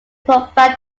provided